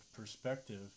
perspective